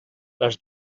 les